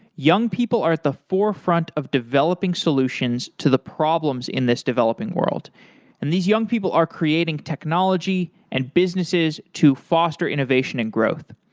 young people are at the forefront of developing solutions to the problems in this developing world and these young people are creating technology and businesses to foster innovation and growth.